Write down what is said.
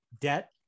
debt